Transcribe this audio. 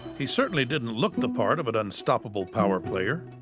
he certainly didn't look the part of an unstoppable power player.